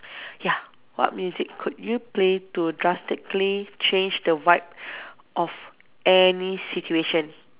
ya what music could you play to drastically change the vibe of any situation